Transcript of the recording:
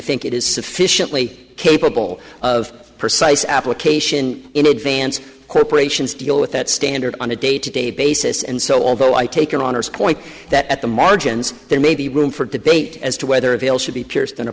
think it is sufficiently capable of precise application in advance corporations deal with that standard on a day to day basis and so although i take an honest point that at the margins there may be room for debate as to whether a veil should be